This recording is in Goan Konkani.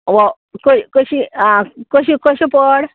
ओंव कशी आं कशी कशे पोड